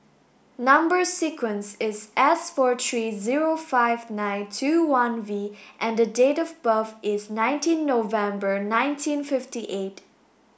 number sequence is S four three zero five nine two one V and date of birth is nineteen November nineteen fifty eight